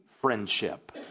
Friendship